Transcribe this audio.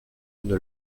une